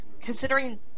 considering